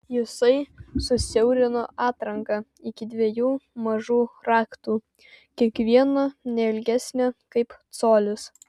jisai susiaurino atranką iki dviejų mažų raktų kiekvieno ne ilgesnio kaip colis